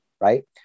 Right